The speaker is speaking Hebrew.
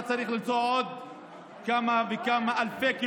אתה צריך עוד כמה וכמה אלפי קילומטרים.